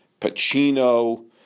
Pacino